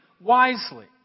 wisely